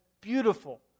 beautiful